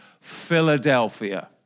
Philadelphia